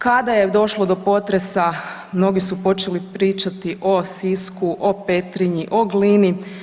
Kada je došlo do potresa mnogi su počeli pričati o Sisku, o Petrinji, o Glini.